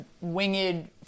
winged